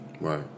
Right